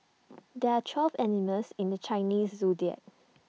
there are twelve animals in the Chinese Zodiac